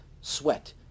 sweat